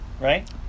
right